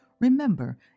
Remember